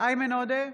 איימן עודה,